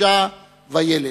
אשה וילד.